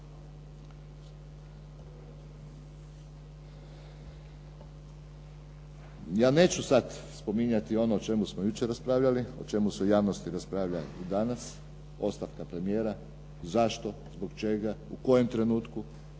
Ja neću sad spominjati ono o čemu smo jučer raspravljali, o čemu se u javnosti raspravlja i danas ostavka premijera. Zašto? Zbog čega? U kojem trenutku?